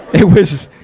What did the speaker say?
it was,